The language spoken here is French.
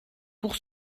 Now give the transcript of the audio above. pour